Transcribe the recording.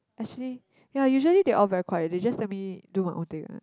actually ya usually they all very quiet they just let me do my own thing one